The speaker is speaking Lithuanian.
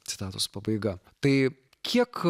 citatos pabaiga tai kiek